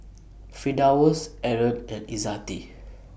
Firdaus Aaron and Izzati